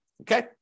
okay